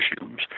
issues